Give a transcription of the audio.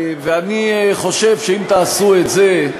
אני חושב שאם תעשו את זה,